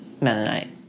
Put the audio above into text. Mennonite